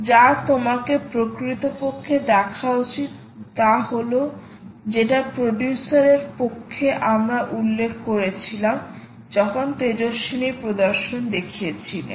যা তোমাকে প্রকৃতপক্ষে দেখা উচিত তা হল যেটা প্রডিউসারের পক্ষে আমরা উল্লেখ করেছিলাম যখন তেজস্বিনী প্রদর্শন দেখিয়েছিলেন